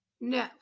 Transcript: No